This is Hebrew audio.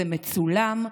זה מצולם,